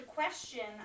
Question